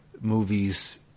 movies